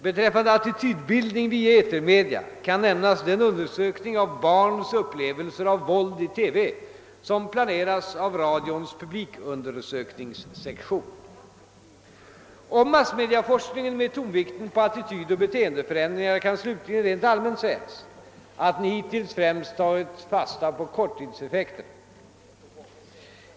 Beträffande attitydbildning via etermedia kan nämnas den undersökning av barns upplevelser av våld i TV som planeras av radions publikundersökningssektion. Om massmediaforskningen med tonvikten på attitydoch beteendeförändringar kan slutligen rent allmänt sägas, att den hittills främst tagit fasta på korttidseffekterna.